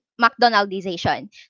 McDonaldization